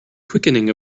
quickening